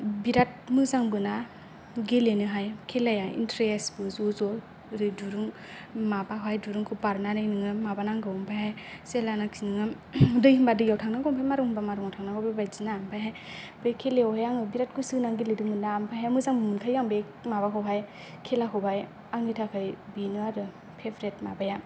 बिराट मोजांबो ना गेलेनोहाय खेलाया इन्ट्रेसबो ज' ज' ओरै दुरुं माबाहाय दुरुंखौ बारनानै नोङो माबानांगौ ओमफायहाय जेलानाखि नोङो दै होनबा दैआव थांनांगौ मरुं होनबा मारुंआव थांनांगौ बेबायदि ना ओमफायहाय बे खेलायावहाय आङो बेराथ गोसो होनानै गेलेदोंमोन ना ओमफायहाय मोजां मोनखायो आं बे माबाखौ खेलाखौहाइ आंनि थाखाय बेनो आरो फेभ्रेट माबाया